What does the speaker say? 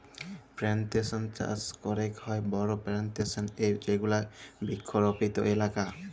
plantation চাস ক্যরেক হ্যয় বড় প্লানটেশল এ যেগুলা বৃক্ষরপিত এলাকা